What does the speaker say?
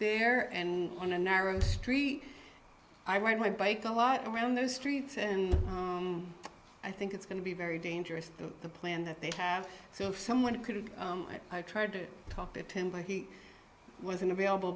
there and on a narrow street i ride my bike a lot of around those streets and i think it's going to be very dangerous to the plan that they have so if someone could have tried to talk to him but he wasn't available